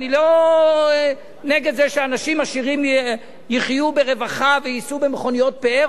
אני לא נגד זה שאנשים עשירים יחיו ברווחה וייסעו במכוניות פאר,